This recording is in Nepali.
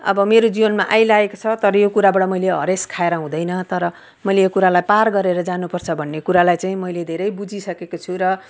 अब मेरो जीवनमा आइलागेको छ तर यो कुराबाट मैले हरेस खाएर हुँदैन तर मैले यो कुरालाई पार गरेर जानु पर्छ भन्ने कुरालाई चाहिँ मैले धेरै बुझिसकेको छु र